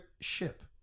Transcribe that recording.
ship